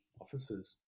officers